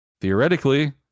theoretically